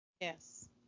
Yes